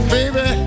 Baby